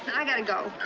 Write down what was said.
i got to go.